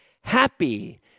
happy